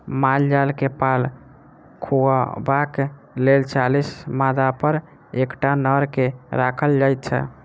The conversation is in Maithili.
माल जाल के पाल खुअयबाक लेल चालीस मादापर एकटा नर के राखल जाइत छै